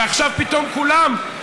ועכשיו פתאום כולם,